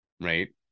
right